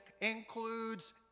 includes